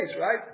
right